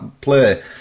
play